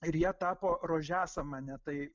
ir ja tapo rožiasamanė tai